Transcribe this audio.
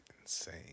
insane